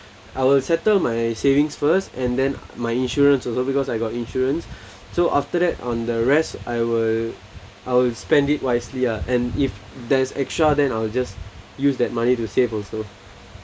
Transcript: I will settle my savings first and then my insurance also because I got insurance so after that on the rest I will I will spend it wisely ah and if there's extra then I will just use that money to save also